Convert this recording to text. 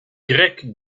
grecques